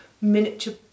miniature